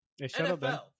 NFL